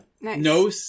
No